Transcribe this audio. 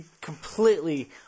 completely